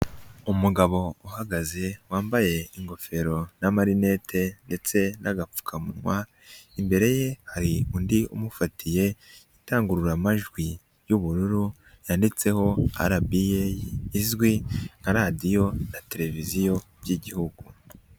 Umugabo uhagaze wambaye ingofero n'amarinete ndetse n'agapfukamunwa imbere ye hari undi umufatiye indangururamajwi y'ubururu yanditseho RBA izwi nka radiyo na televiziyo by'igihugu.